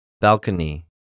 Balcony